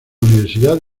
universidad